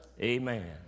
Amen